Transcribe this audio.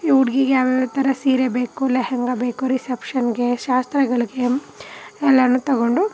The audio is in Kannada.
ಈ ಹುಡ್ಗಿಗೆ ಯಾವ್ಯಾವ ಥರ ಸೀರೆ ಬೇಕು ಲೆಹಂಗ ಬೇಕು ರಿಸೆಪ್ಷನ್ನಿಗೇ ಶಾಸ್ತ್ರಗಳ್ಗೆ ಎಲ್ಲನೂ ತಗೊಂಡು